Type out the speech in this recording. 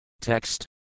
Text